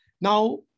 Now